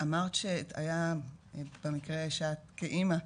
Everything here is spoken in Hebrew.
אמרת במקרה שאת כאימא,